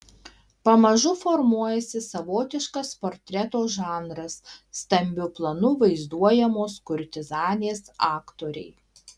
pamažu formuojasi savotiškas portreto žanras stambiu planu vaizduojamos kurtizanės aktoriai